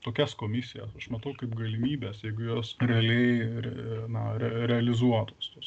tokias komisijas už matau kaip galimybes jeigu jos realiai re na re realizuotos tos